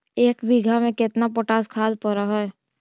एक बिघा में केतना पोटास खाद पड़ है?